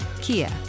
Kia